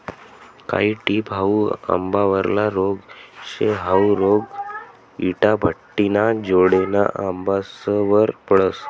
कायी टिप हाउ आंबावरला रोग शे, हाउ रोग इटाभट्टिना जोडेना आंबासवर पडस